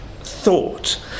thought